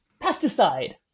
pesticide